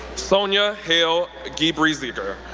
sonya hayle gebreegzabher,